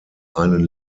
einen